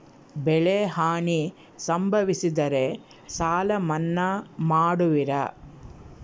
ಬೆಳೆಹಾನಿ ಸಂಭವಿಸಿದರೆ ಸಾಲ ಮನ್ನಾ ಮಾಡುವಿರ?